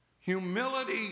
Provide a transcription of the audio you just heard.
Humility